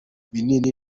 binini